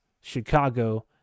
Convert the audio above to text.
Chicago